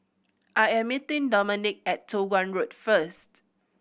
I am meeting Domonique at Toh Guan Road first